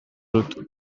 dut